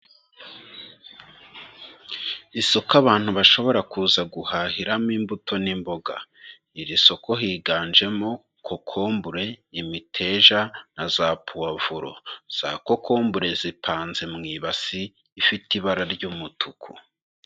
Isoko abantu bashobora kuza guhahiramo imbuto n'imboga. Iri soko higanjemo kokombure, imiteja na za puvuro. Za kokombure zipanze mu ibasi, ifite ibara ry'umutuku.